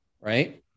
right